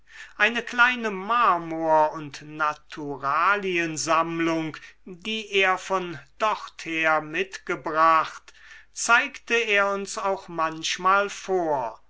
eine kleine marmor und naturaliensammlung die er von dorther mitgebracht zeigte er uns auch manchmal vor